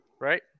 Right